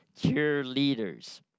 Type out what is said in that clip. cheerleaders